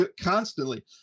constantly